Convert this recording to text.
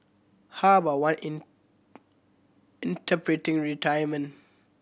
how about one in interpreting retirement